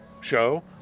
show